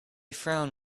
frown